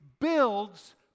builds